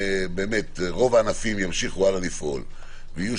באמת רוב הענפים ימשיכו לפעול ויהיו